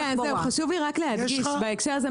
חשוב לי להדגיש בהקשר הזה,